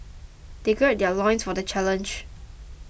they gird their loins for the challenge